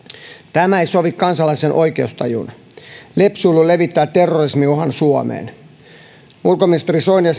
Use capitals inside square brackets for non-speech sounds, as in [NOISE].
tämä ei sovi kansalaisten oikeustajuun lepsuilu levittää terrorismiuhan suomeen ulkoministeri soini ja [UNINTELLIGIBLE]